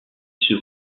sur